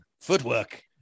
Footwork